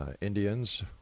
Indians